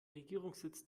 regierungssitz